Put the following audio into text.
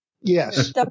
Yes